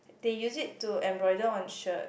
they use it to embroider on shirt